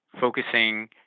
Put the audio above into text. focusing